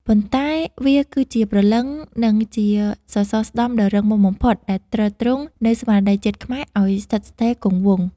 ប៉ុន្តែវាគឺជាព្រលឹង និងជាសសរស្តម្ភដ៏រឹងមាំបំផុតដែលទ្រទ្រង់នូវស្មារតីជាតិខ្មែរឱ្យស្ថិតស្ថេរគង់វង្ស។